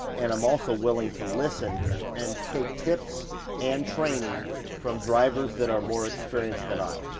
and i'm also willing to listen and take tips and training from drivers that are more experienced than i.